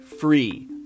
free